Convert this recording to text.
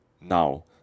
now